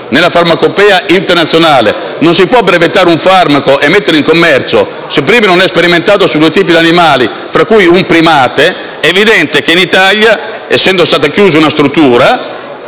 per la farmacopea internazionale non è consentito brevettare un farmaco e metterlo in commercio se prima non è stato sperimentato su due tipi di animali, fra cui un primate. Dal momento che in Italia è stata chiusa una struttura